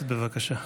בבקשה.